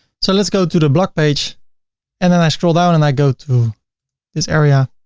so let's go to the blog page and then i scroll down and i go to this area